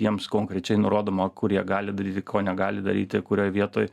jiems konkrečiai nurodoma kur jie gali daryti ko negali daryti kurioj vietoj